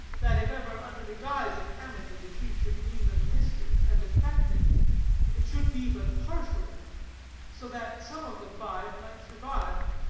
that if ever, under the guise of amity, the chief should mean them mischief, and effect it, it should be but partially so that some of the five might survive,